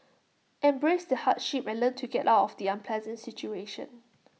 embrace the hardship and learn to get out of the unpleasant situation